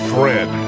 Fred